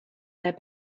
their